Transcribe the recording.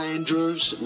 Andrews